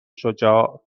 شجاع